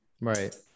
Right